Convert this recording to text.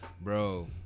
Bro